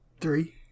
three